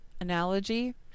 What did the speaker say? analogy